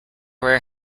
where